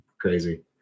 crazy